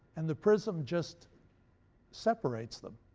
and the prism just separates them.